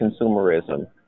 consumerism